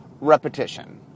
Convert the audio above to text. repetition